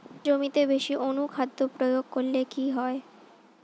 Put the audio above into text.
জমিতে বেশি অনুখাদ্য প্রয়োগ করলে কি হয়?